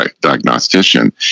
diagnostician